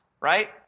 right